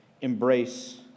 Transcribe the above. Embrace